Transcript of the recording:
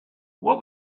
what